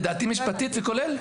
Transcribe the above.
לדעתי, משפטית, זה כולל.